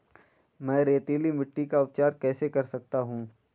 मैं रेतीली मिट्टी का उपचार कैसे कर सकता हूँ?